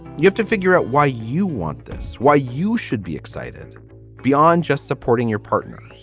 you have to figure out why you want this, why you should be excited beyond just supporting your partner